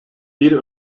bir